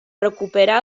recuperar